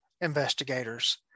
investigators